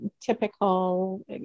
typical